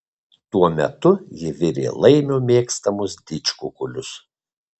tuo metu ji virė laimio mėgstamus didžkukulius